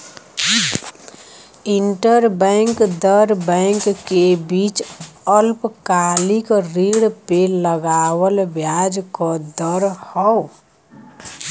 interbank दर bank के बीच अल्पकालिक ऋण पे लगावल ब्याज क दर हौ